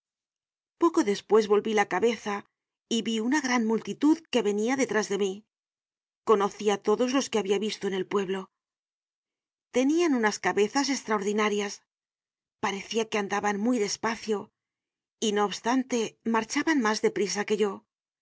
poco despues volví la cabeza y vi una gran multitud que venia de trás de mí conocí á todos los que habia visto en el pueblo tenian i este paréntesis es del mismo puño y letra de juan valjean content from google book search generated at unas cabezas estraordinarias parecia que andaban muy despacio y no obstante marchaban mas de prisa que yo